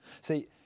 See